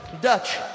Dutch